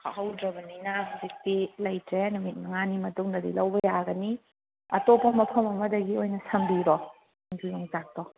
ꯈꯥꯛꯍꯧꯗ꯭ꯔꯕꯅꯤꯅ ꯍꯧꯖꯤꯛꯇꯤ ꯂꯩꯇ꯭ꯔꯦ ꯅꯨꯃꯤꯠ ꯃꯉꯥꯅꯤ ꯃꯇꯨꯡꯗꯗꯤ ꯂꯧꯕ ꯌꯥꯒꯅꯤ ꯑꯇꯣꯞꯄ ꯃꯐꯝ ꯑꯃꯗꯒꯤ ꯑꯣꯏꯅ ꯁꯝꯕꯤꯔꯣ ꯑꯗꯨ ꯌꯣꯡꯆꯥꯛꯇꯣ